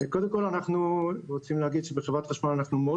קודם כל אנחנו רוצים להגיד שבחברת חשמל אנחנו מאוד